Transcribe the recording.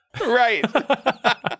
right